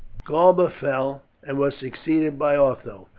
galba fell, and was succeeded by otho,